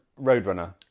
Roadrunner